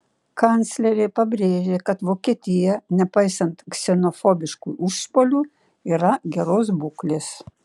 kanclerė pabrėžė kad vokietija nepaisant ksenofobiškų išpuolių yra geros būklės